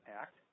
Act